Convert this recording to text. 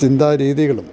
ചിന്താരീതികളും